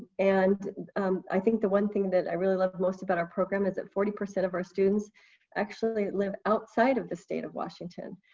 and i think the one thing that i really love most about our program is that forty percent of our students actually live outside of the state of washington.